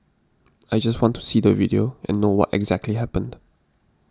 I just want to see the video and know what exactly happened